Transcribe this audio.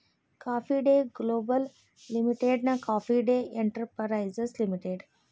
coffee Day Global ಲಿಮಿಟೆಡ್ನ Coffee Day Enterprises limited